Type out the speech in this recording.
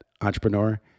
entrepreneur